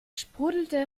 sprudelte